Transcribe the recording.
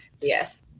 Yes